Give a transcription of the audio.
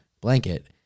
blanket